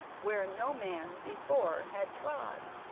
where no man before had trod.